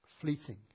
fleeting